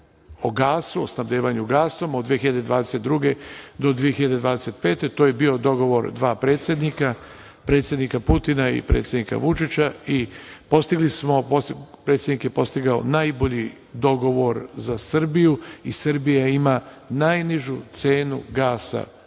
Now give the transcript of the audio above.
o gasu, o snabdevanju gasom, od 2022. do 2025. to je bio dogovor dva predsednika, predsednika Putina i predsednika Vučića. Predsednik je postigao najbolji dogovor za Srbiju i Srbija ima najnižu cenu gasa